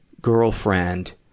girlfriend